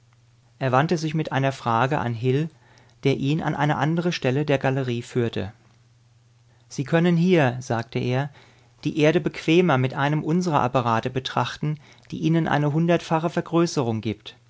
er wandte sich mit einer frage an hil der ihn an eine andere stelle der galerie führte sie können hier sagte er die erde bequemer mit einem unsrer apparate betrachten der ihnen eine hundertfache vergrößerung gibt